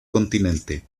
continente